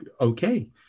okay